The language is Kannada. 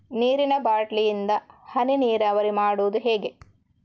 ನೀರಿನಾ ಬಾಟ್ಲಿ ಇಂದ ಹನಿ ನೀರಾವರಿ ಮಾಡುದು ಹೇಗೆ?